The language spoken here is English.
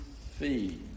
feed